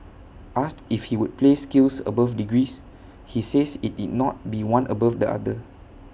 asked if he would place skills above degrees he says IT did not be one above the other